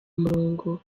murongo